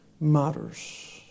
Matters